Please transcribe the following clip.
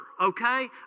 okay